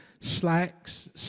slacks